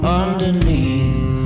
underneath